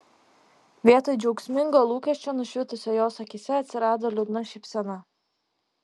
vietoj džiaugsmingo lūkesčio nušvitusio jos akyse atsirado liūdna šypsena